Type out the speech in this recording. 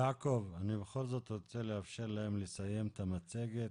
יעקב, אני בכל זאת רוצה לאפשר להם לסיים את המצגת.